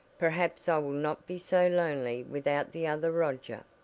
perhaps i will not be so lonely without the other roger.